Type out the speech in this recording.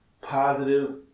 positive